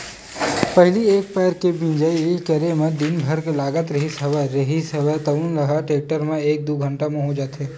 पहिली एक पैर के मिंजई करे म दिन भर लाग जावत रिहिस तउन ह टेक्टर म एक दू घंटा म हो जाथे